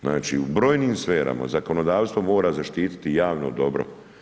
Znači, u brojnim sferama zakonodavstvo mora zaštititi javno dobro.